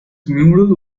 mural